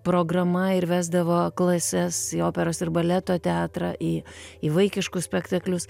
programa ir vesdavo klases į operos ir baleto teatrą į į vaikiškus spektaklius